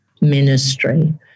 ministry